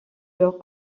leur